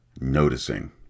noticing